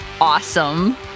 awesome